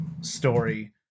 story